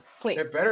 Please